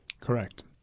Correct